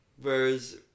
whereas